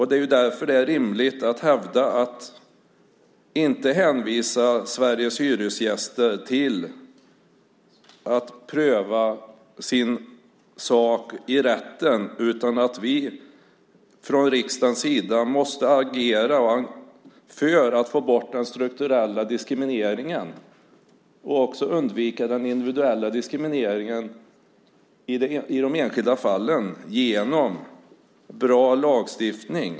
Det är därför det är rimligt att hävda att man inte ska hänvisa Sveriges hyresgäster till att pröva sin sak i rätten, utan vi från riksdagens sida måste agera för att få bort den strukturella diskrimineringen och också undvika den individuella diskrimineringen i de enskilda fallen genom bra lagstiftning.